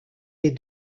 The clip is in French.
les